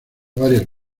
varias